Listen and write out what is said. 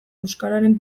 euskararen